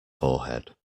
forehead